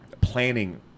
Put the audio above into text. planning